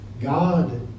God